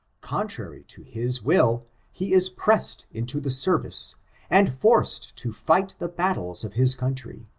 contrary to his will he is pressed into the service and forced to fight the battles of his country,